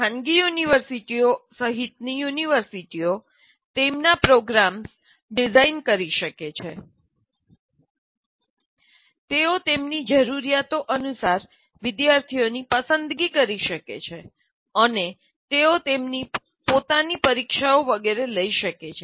ખાનગી યુનિવર્સિટીઓ સહિતની યુનિવર્સિટીઓ તેમના પોતાના પ્રોગ્રામ્સ ડિઝાઇન કરી શકે છે તેઓ તેમની જરૂરીયાતો અનુસાર વિદ્યાર્થીઓની પસંદગી કરી શકે છે અને તેઓ તેમની પોતાની પરીક્ષાઓ વગેરે લઈ શકે છે